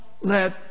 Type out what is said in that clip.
let